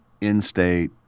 in-state